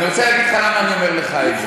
אני רוצה להגיד למה אני אומר לך את זה.